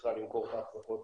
שצריכה למכור את ההחזקות